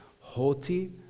haughty